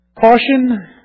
caution